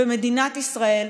במדינת ישראל,